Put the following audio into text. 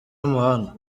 y’umuhanda